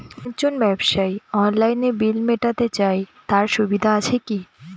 আমি একজন ব্যবসায়ী অনলাইনে বিল মিটাতে চাই তার সুবিধা আছে কি?